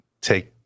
take